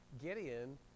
Gideon